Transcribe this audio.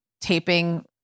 taping